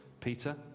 Peter